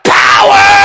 power